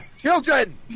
Children